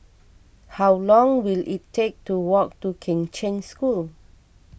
how long will it take to walk to Kheng Cheng School